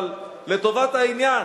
אבל לטובת העניין.